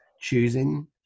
choosing